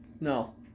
No